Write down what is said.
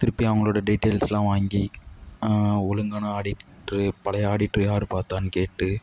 திருப்பி அவங்களோட டீட்டெயில்ஸ்லாம் வாங்கி ஒழுங்கான ஆடிட்ரு பழைய ஆடிட்ரு யார் பார்த்தானு கேட்டு